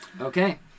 Okay